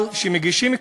אבל כשמגישים כתב-אישום,